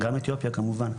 גם אתיופיה כמובן,